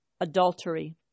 adultery